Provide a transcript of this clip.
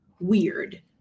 weird